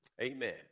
Amen